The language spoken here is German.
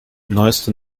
neueste